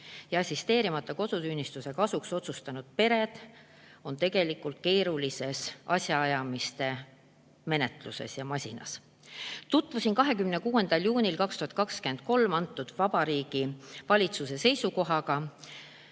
ja assisteerimata kodusünnituse kasuks otsustanud pered on tegelikult keerulises asjaajamiste menetluses ja masinas. Tutvusin 26. juunil 2023 antud Vabariigi Valitsuse seisukohaga,